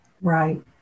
Right